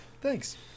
Thanks